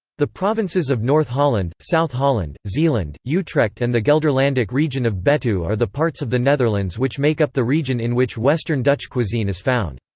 the provinces of north holland, south holland, zeeland, utrecht and the gelderlandic region of betuwe are the parts of the netherlands which make up the region in which western dutch cuisine is found.